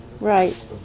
Right